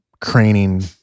craning